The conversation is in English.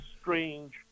strange